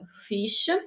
fish